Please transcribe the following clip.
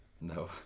No